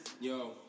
Yo